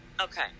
Okay